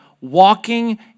walking